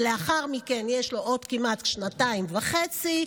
ולאחר מכן יש לו עוד שנתיים וחצי כמעט,